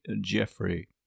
Jeffrey